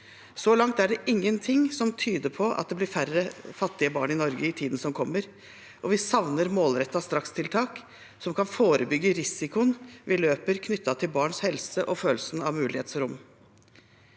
Så langt er det ingenting som tyder på at det blir færre fattige barn i Norge i tiden som kommer, og vi savner målrettede strakstiltak som kan forebygge risikoen vi løper knyttet til barns helse og følelse av mulighetsrom.